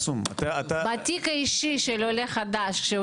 בתיק האישי של עולה חדש,